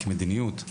כמדיניות,